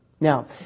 Now